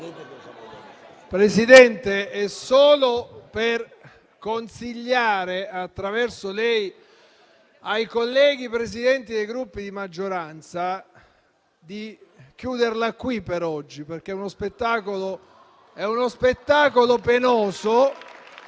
intervengo solo per consigliare, attraverso di lei, ai colleghi Presidenti dei Gruppi di maggioranza di chiuderla qui per oggi, perché è uno spettacolo penoso